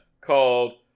called